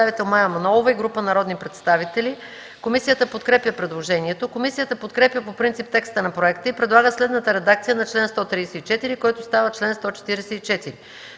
Комисията подкрепя предложението. Комисията подкрепя по принцип текста на проекта и предлага следната редакция на § 5, който става § 6: